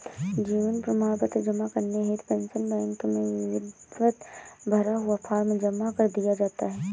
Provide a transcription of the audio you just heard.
जीवन प्रमाण पत्र जमा करने हेतु पेंशन बैंक में विधिवत भरा हुआ फॉर्म जमा कर दिया जाता है